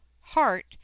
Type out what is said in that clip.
heart